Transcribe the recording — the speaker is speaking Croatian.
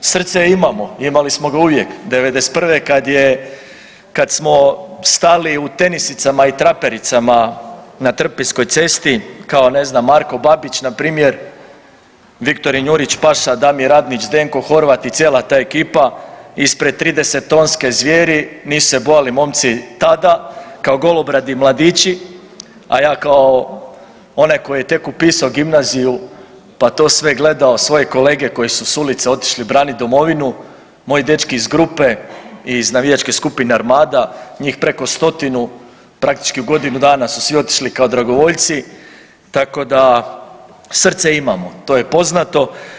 Srce imamo, imali smo ga uvijek '91. kad je, kad smo stali u tenisicama i trapericama na Trpinjskoj cesti kao ne znam Marko Babić npr. Viktorin Jurić-Paša, Damir Radnić, Zdenko Horvat i cijela ta ekipa ispred 30 tonske zvjeri, nisu se bojali momci tada kao golobradi mladići, a ja kao onaj koji je tek upisao gimnaziju pa to sve gledao svoje kolege koji su s ulice otišli branit domovinu, moji dečki iz grupe, iz navijačke skupine Armada njih preko 100, praktički u godinu dana su svi otišli kao dragovoljci, tako da srce imamo to je poznato.